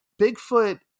Bigfoot